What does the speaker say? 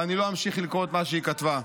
ואני לא אמשיך לקרוא את מה שהיא כתבה.